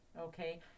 okay